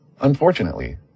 unfortunately